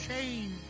change